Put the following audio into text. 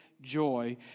joy